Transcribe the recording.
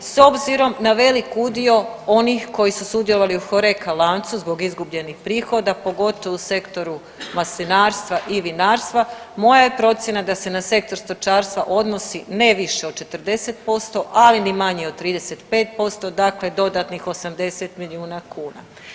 S obzirom na velik udio onih koji su sudjelovali u ... zbog izgubljenih prihoda, pogotovo u sektoru maslinarstva i vinarstva, moja je procjena da se na sektor stočarstva odnosi ne više od 40%, ali ni manje od 35%, dakle dodatnih 80 milijuna kuna.